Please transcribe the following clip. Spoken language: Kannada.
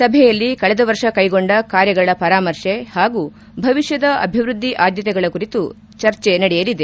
ಸಭೆಯಲ್ಲಿ ಕಳೆದೆ ವರ್ಷ ಕೈಗೊಂಡ ಕಾರ್ಯಗಳ ಪರಾಮರ್ಶೆ ಹಾಗೂ ಭವಿಷ್ಠದ ಅಭಿವೃದ್ಧಿ ಆದ್ಯತೆಗಳ ಕುರಿತು ಸಭೆಯಲ್ಲಿ ಚರ್ಚೆ ನಡೆಯಲಿದೆ